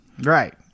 Right